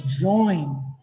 join